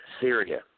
Syria